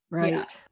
right